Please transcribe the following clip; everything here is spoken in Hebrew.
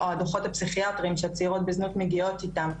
או הדוחות הפסיכיאטריים שהצעירות בזנות מגיעות איתם,